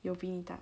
有比你大